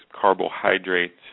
carbohydrates